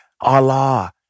Allah